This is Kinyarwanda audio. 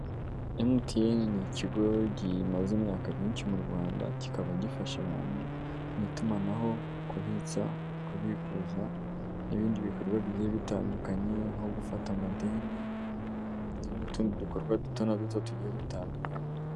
MTN ni ikigo gimaze imyaka myinshi mu Rwanda kikaba gifasha abantu mu itumanaho; kubitsa, kubikuza n'ibindi bikorwa bigiye bitandukanye nko gufata amadeni n'utundi dukorwa duto na duto tugiye dutandukanyekana.